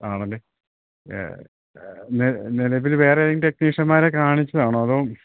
ആണല്ലേ നിലവില് വേറെയേതെങ്കിലും ടെക്നീഷ്യൻമാരെ കാണിച്ചതാണോ അതോ